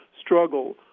struggle